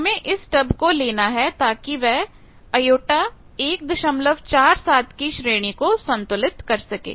हमें इस स्टब को लेना है ताकि वह j147 की श्रेणी को संतुलित कर सके